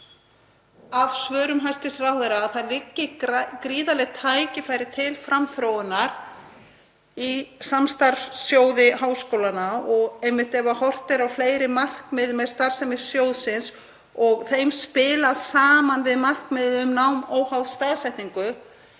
af svörum hæstv. ráðherra að það liggi gríðarleg tækifæri til framþróunar í samstarfssjóði háskóla og einmitt ef horft er á fleiri markmið með starfsemi sjóðsins og þeim spilað saman við markmiðið um nám óháð staðsetningu.